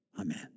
Amen